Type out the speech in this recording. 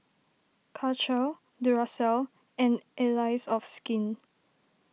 Karcher Duracell and Allies of Skin